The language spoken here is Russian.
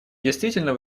действительно